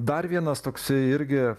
dar vienas toksai irgi